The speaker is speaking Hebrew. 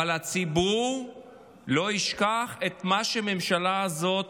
אבל הציבור לא ישכח את מה שהממשלה הזאת